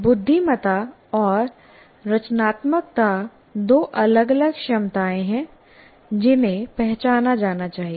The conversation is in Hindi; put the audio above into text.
बुद्धिमत्ता और रचनात्मकता दो अलग अलग क्षमताएं हैं जिन्हें पहचाना जाना चाहिए